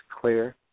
clear